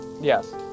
Yes